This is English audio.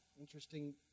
Interesting